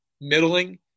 middling